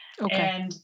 Okay